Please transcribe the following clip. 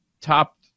top